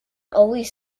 always